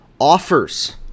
offers